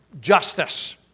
justice